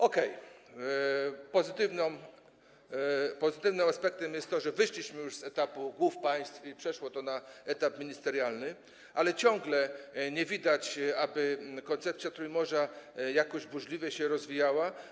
Okej, pozytywnym aspektem jest to, że wyszliśmy już z etapu głów państw i przeszło to na etap ministerialny, ale ciągle nie widać, aby koncepcja Trójmorza jakoś burzliwie się rozwijała.